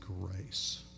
grace